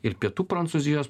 ir pietų prancūzijos